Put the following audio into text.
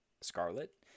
Scarlet